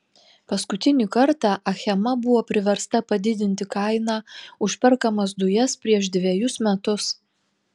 paskutinį kartą achema buvo priversta padidinti kainą už perkamas dujas prieš dvejus metus